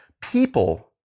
people